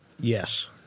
Yes